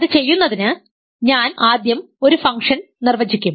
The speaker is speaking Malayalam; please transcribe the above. അത് ചെയ്യുന്നതിന് ഞാൻ ആദ്യം ഒരു ഫംഗ്ഷൻ നിർവചിക്കും